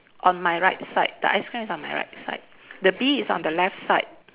on my right side the ice cream is on my right side the bee is on the left side